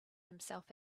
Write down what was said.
himself